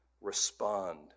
respond